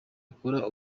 akora